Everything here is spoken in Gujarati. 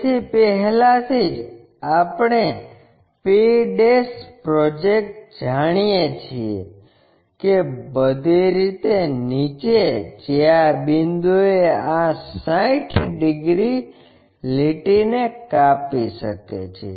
તેથી પહેલાથી જ આપણે p પ્રોજેક્ટ જાણીએ છીએ કે બધી રીતે નીચે જે આ બિંદુએ આ 60 ડિગ્રી લીટીને કાપી શકે છે